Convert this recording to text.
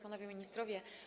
Panowie Ministrowie!